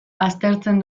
aztertzen